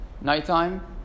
Nighttime